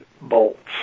bolts